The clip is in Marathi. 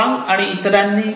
वांग आणि इतरांनी Wang et al